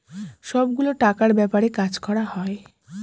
সব গুলো টাকার ব্যাপারে কাজ করা হয়